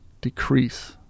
decrease